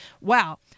wow